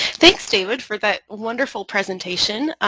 thanks david for that wonderful presentation.